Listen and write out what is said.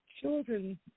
children